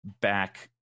back